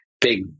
big